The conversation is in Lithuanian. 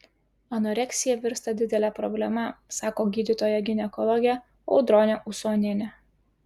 anoreksija virsta didele problema sako gydytoja ginekologė audronė usonienė